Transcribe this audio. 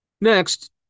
Next